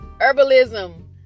herbalism